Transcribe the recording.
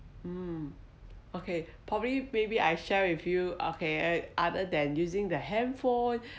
um okay probably maybe I share with you okay other than using the handphone